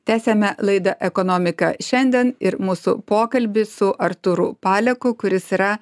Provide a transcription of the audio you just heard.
tęsiame laidą ekonomika šiandien ir mūsų pokalbis su artūru paleku kuris yra